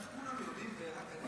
איך כולם יודעים ואני לא יודע.